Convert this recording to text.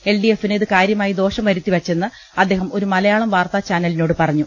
എൽഡിഎഫിന് ഇത് കാര്യമായി ദോഷം വരുത്തിവെച്ചെന്ന് അദ്ദേഹം ഒരു മലയാളം വാർത്താ ചാനലിനോട് പറഞ്ഞു